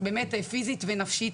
פיזית ונפשית.